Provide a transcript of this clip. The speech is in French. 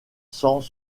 sans